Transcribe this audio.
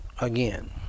again